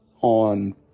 on